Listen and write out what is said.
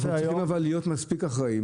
אנחנו צריכים אבל להיות מספיק אחראים